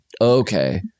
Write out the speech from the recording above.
Okay